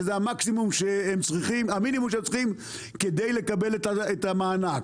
שזה המינימום שהם צריכים כדי לקבל את המענק.